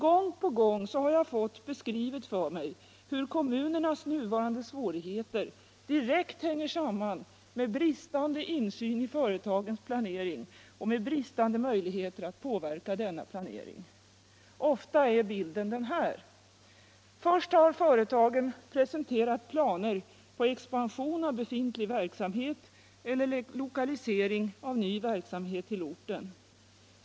Gång på gång har jag då fått beskrivet för mig hur kommunernas nuvarande svårigheter direkt hänger samman med bristande insyn i företagens planering och med bristande möjligheter att påverka denna planering. Ofta är bilden den här: Först har företagen presenterat planer på expansion av befintlig verksamhet eller lokalisering av ny verksamhet till orten.